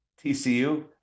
TCU